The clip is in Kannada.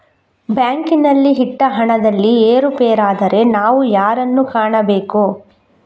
ಬ್ಯಾಂಕಿನಲ್ಲಿ ಇಟ್ಟ ಹಣದಲ್ಲಿ ಏರುಪೇರಾದರೆ ನಾವು ಯಾರನ್ನು ಕಾಣಬೇಕು?